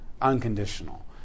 unconditional